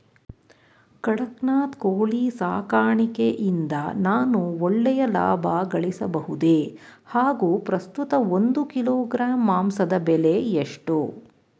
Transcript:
ಕಡಕ್ನಾತ್ ಕೋಳಿ ಸಾಕಾಣಿಕೆಯಿಂದ ನಾನು ಒಳ್ಳೆಯ ಲಾಭಗಳಿಸಬಹುದೇ ಹಾಗು ಪ್ರಸ್ತುತ ಒಂದು ಕಿಲೋಗ್ರಾಂ ಮಾಂಸದ ಬೆಲೆ ಎಷ್ಟು?